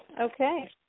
Okay